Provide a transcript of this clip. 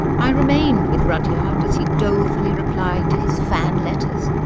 i remained with rudyard as he dolefully replied to his fan letters,